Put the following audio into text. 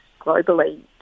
globally